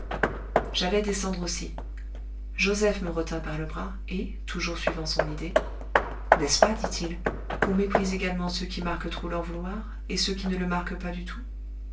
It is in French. j'allais descendre aussi joseph me retint par le bras et toujours suivant son idée n'est-ce pas dit-il qu'on méprise également ceux qui marquent trop leur vouloir et ceux qui ne le marquent pas du tout